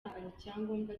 icyangombwa